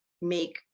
make